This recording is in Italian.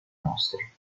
nostri